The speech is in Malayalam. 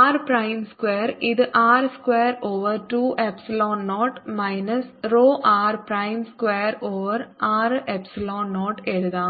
ആർ പ്രൈം സ്ക്വയർ ഇത് R square over 2 epsilon 0 minus rho R prime square over 6 epsilon 0 എഴുതാം